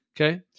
Okay